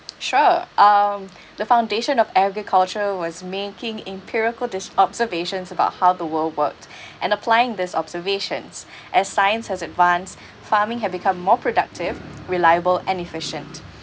sure um the foundation of agriculture was making empirical dis~ observations about how the world worked and applying these observations as science has advanced farming had become more productive reliable and efficient